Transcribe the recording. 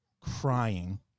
crying